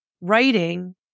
writing